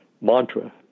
mantra